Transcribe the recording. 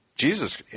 Jesus